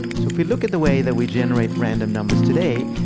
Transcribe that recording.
so if we look at the way that we generate random numbers today,